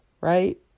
right